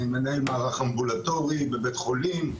אני מנהל מערך אמבולטורי בבית חולים,